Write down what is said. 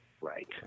Right